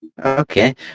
okay